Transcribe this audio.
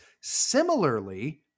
Similarly